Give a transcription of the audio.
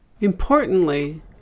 Importantly